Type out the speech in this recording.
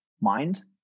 mind